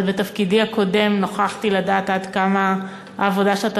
אבל בתפקידי הקודם נוכחתי לדעת עד כמה העבודה שאתה